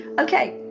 Okay